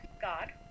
God